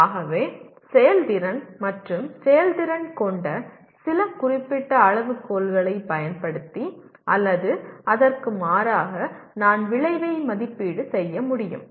ஆகவே செயல்திறன் மற்றும் செயல்திறன் கொண்ட சில குறிப்பிட்ட அளவுகோல்களைப் பயன்படுத்தி அல்லது அதற்கு மாறாக நான் விளைவை மதிப்பீடு செய்ய முடியும்